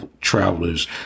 Travelers